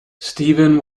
steven